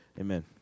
amen